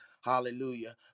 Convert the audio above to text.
Hallelujah